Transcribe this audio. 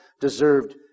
deserved